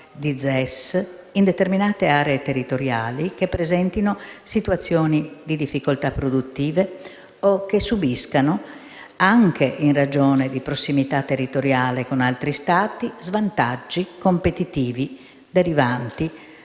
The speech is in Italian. in determinate aree territoriali che presentano una situazione di difficoltà produttiva o che subiscono, anche in ragione della prossimità territoriale con altri Stati, svantaggi competitivi derivanti